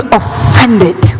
offended